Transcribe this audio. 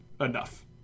enough